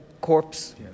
corpse